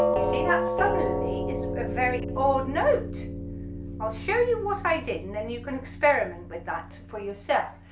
you see that suddenly is a very odd note i'll show you what i did and then you can experiment with that for yourself,